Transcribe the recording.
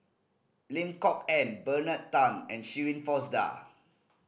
Lim Kok Ann Bernard Tan and Shirin Fozdar